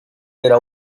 era